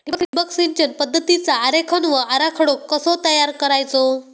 ठिबक सिंचन पद्धतीचा आरेखन व आराखडो कसो तयार करायचो?